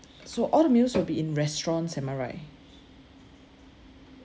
so all the meals will be in restaurants am I right